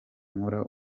nkora